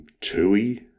Tui